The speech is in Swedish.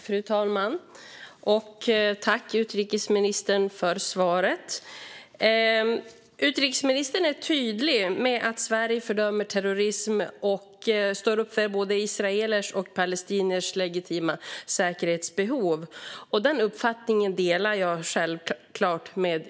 Fru talman! Jag tackar utrikesministern för svaret. Utrikesministern är tydlig med att Sverige fördömer terrorism och står upp för både israelers och palestiniers legitima säkerhetsbehov. Den uppfattningen delar jag självklart.